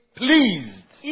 pleased